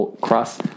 Cross